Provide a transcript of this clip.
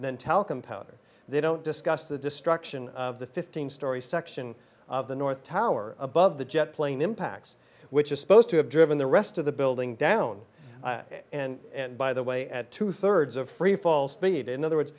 then talcum powder they don't discuss the destruction of the fifteen story section of the north tower above the jet plane impacts which is supposed to have driven the rest of the building down and by the way at two thirds of freefall speed in other words